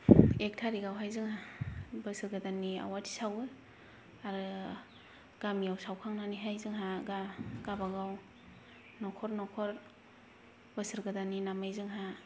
एक तारिक आवहाय जोंङो बोसोर गोदाननि आवाथि सावो आरो गामिआव सावखांनानैहाय जोंहा गाबागाव नखर नखर बोसोर गोदाननि नामै जोंहा